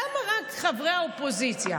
למה רק חברי האופוזיציה?